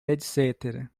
etc